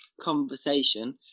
conversation